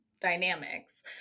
dynamics